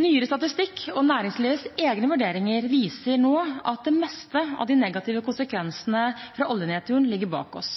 Nyere statistikk og næringslivets egne vurderinger viser nå at det meste av de negative konsekvensene fra oljenedturen ligger bak oss.